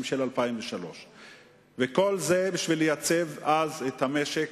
של 2003. כל זה בשביל לייצב אז את המשק